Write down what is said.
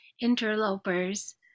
interlopers